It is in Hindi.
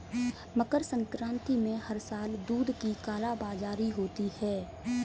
मकर संक्रांति में हर साल दूध की कालाबाजारी होती है